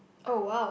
oh !wow!